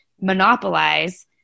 monopolize